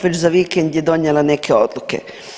Već za vikend je donijela neke odluke.